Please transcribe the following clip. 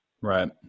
Right